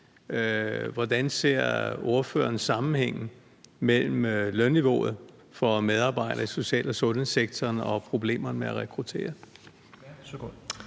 Hvordan ser ordføreren sammenhængen mellem lønniveauet for medarbejdere i social- og sundhedssektoren og problemerne med at rekruttere?